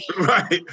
Right